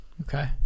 Okay